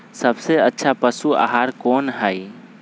सबसे अच्छा पशु आहार कोन हई?